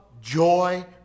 joy